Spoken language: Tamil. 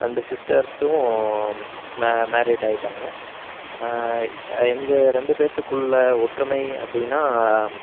ரெண்டு சிஸ்டர்ஸ்ஸும் மே மேரீட் ஆயிட்டாங்கள் எங்கள் ரெண்டு பேர்த்துக்குள்ள ஒற்றுமை அப்படின்னா